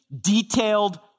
detailed